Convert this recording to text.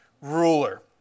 ruler